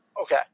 Okay